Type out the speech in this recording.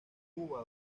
cuba